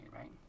right